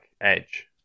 edge